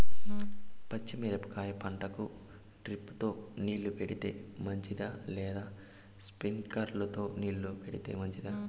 పచ్చి మిరపకాయ పంటకు డ్రిప్ తో నీళ్లు పెడితే మంచిదా లేదా స్ప్రింక్లర్లు తో నీళ్లు పెడితే మంచిదా?